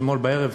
אתמול בערב,